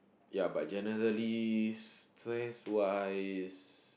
ya but generally stress wise